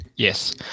Yes